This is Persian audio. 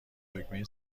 دکمه